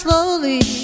Slowly